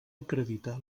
acreditar